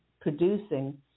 producing